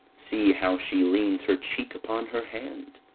see how she leans her cheek upon her hand!